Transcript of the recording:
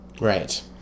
Right